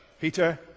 Peter